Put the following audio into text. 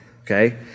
Okay